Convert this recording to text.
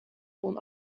kon